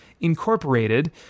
Incorporated